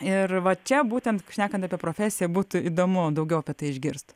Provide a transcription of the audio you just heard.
ir va čia būtent šnekant apie profesiją būtų įdomu daugiau apie tai išgirst